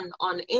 on